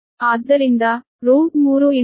ಆದ್ದರಿಂದ √312